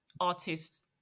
artists